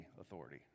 authority